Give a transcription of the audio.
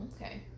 Okay